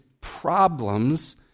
problems